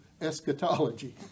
eschatology